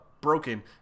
broken